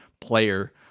player